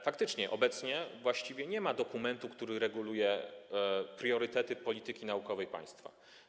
Faktycznie obecnie właściwie nie ma dokumentu, który reguluje priorytety polityki naukowej państwa.